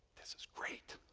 this is great.